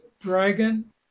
dragon